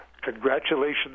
congratulations